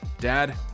Dad